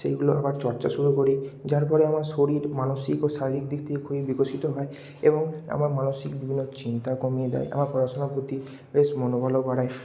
সেইগুলো আবার চর্চা শুরু করি যার পরে আমার শরীর মানসিক ও শারীরিক দিক দিয়ে খুবই বিকশিত হয় এবং আমার মানসিক বিভিন্ন চিন্তাও কমিয়ে দেয় আমার পড়াশোনার প্রতি বেশ মনোবলও বাড়ায়